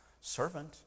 servant